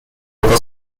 لندن